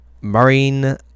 Marine